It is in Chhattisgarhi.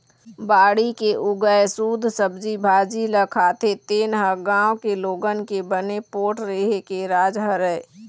बाड़ी के उगाए सुद्ध सब्जी भाजी ल खाथे तेने ह गाँव के लोगन के बने पोठ रेहे के राज हरय